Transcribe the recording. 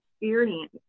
experience